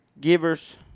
givers